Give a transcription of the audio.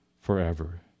forever